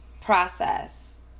process